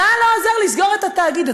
אתה לא עוזר לסגור את התאגיד,